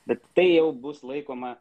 bet tai jau bus laikoma